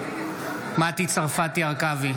בעד מטי צרפתי הרכבי,